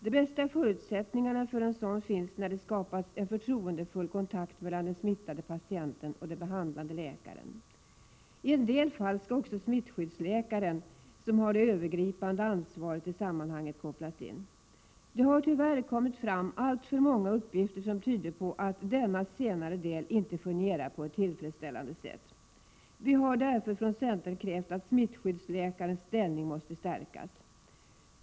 De bästa förutsättningarna för en sådan finns när det skapas en förtroendefull kontakt mellan den smittade patienten och den behandlande läkaren. I en del fall skall också smittskyddsläkaren, som har det övergripande ansvaret i sammanhanget, kopplas in. Det har tyvärr kommit fram alltför många uppgifter som tyder på att denna senare del inte fungerar på ett tillfredsställande sätt. Vi har därför från centern krävt att smittskyddsläkarens ställning måste stärkas.